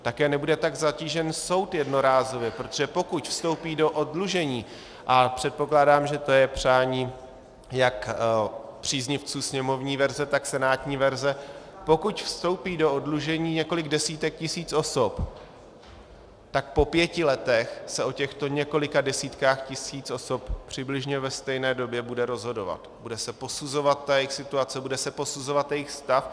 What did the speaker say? Také nebude tak zatížen soud jednorázově, protože pokud vstoupí do oddlužení a předpokládám, že to je přání jak příznivců sněmovní verze, tak senátní verze pokud vstoupí do oddlužení několik desítek tisíc osob, tak po pěti letech se o těchto několika desítkách tisíc osob přibližně ve stejné době bude rozhodovat, bude se posuzovat jejich situace, bude se posuzovat jejich stav.